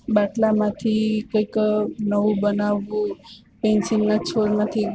બાટલામાંથી કોઈક નવું બનાવવું પેન્સિલના છોલમાંથી